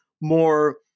more